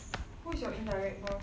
who is your indirect boss